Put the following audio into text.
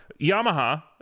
yamaha